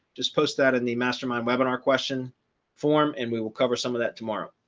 just post that in the mastermind webinar question form and we will cover some of that tomorrow.